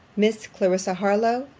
miss clarissa harlowe,